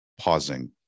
pausing